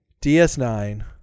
DS9